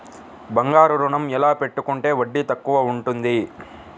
బంగారు ఋణం ఎలా పెట్టుకుంటే వడ్డీ తక్కువ ఉంటుంది?